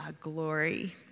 glory